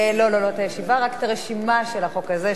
לא, לא את הישיבה, רק את הרשימה של החוק הזה.